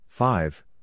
Five